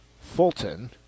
Fulton